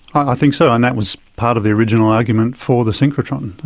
i think so, and that was part of the original argument for the synchrotron.